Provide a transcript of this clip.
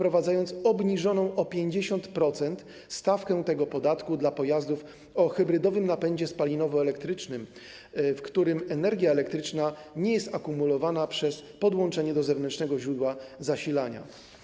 Chodzi o obniżoną o 50% stawkę tego podatku dla pojazdów o hybrydowym napędzie spalinowo-elektrycznym, w którym energia elektryczna nie jest akumulowana przez podłączenie do zewnętrznego źródła zasilania.